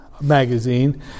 magazine